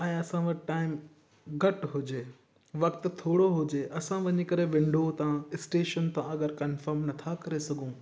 ऐं असां वटि टाइम घटि हुजे वक़्तु थोरो हुजे असां वञी करे विंडो था स्टेशन था अगरि कंफ़र्म नथा करे सघूं